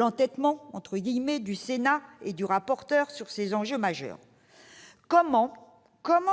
entêtement » du Sénat et du rapporteur sur ces enjeux majeurs. Comment